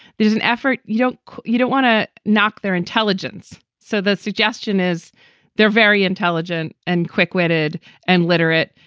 there's an effort. you don't you don't want to knock their intelligence. so the suggestion is they're very intelligent and quick witted and literate,